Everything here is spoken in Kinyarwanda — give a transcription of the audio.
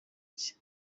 cye